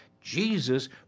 Jesus